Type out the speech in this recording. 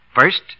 First